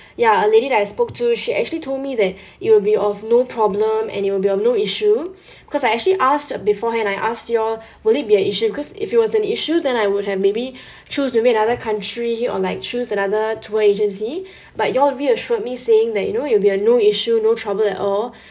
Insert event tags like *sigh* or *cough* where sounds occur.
ya a lady that I spoke to she actually told me that *breath* it will be of no problem and it will be of no issue *breath* cause I actually asked beforehand I asked you all will it be a issue because if it was an issue then I would have maybe *breath* choose maybe another country or like choose another tour agency *breath* but you all reassured me saying that you know it'll be a no issue no trouble at all *breath*